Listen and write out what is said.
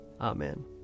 Amen